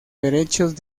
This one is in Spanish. derechos